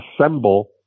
assemble